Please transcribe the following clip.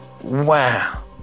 Wow